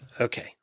Okay